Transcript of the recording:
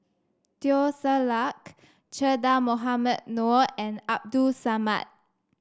Teo Ser Luck Che Dah Mohamed Noor and Abdul Samad